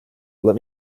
let